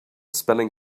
spelling